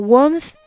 Warmth